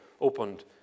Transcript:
opened